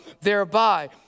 thereby